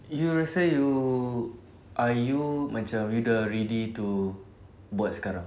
you say you are you macam you dah ready to board sekarang